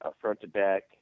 front-to-back